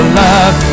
love